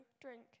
Drink